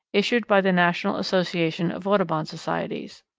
issued by the national association of audubon societies.